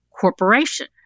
Corporation